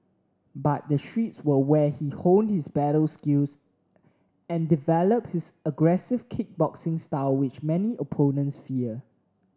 but the streets were where he honed his battle skills and developed his aggressive kickboxing style which many opponents fear